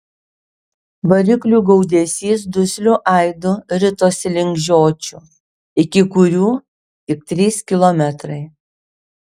variklių gaudesys dusliu aidu ritosi link žiočių iki kurių tik trys kilometrai